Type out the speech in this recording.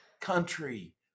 country